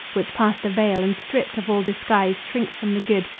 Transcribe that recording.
which past the vale and stript of all disguise shrinks from the good,